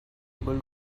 able